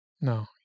No